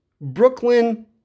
Brooklyn